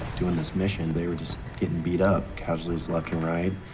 doing this mission, they were just getting beat up, casualties left and right,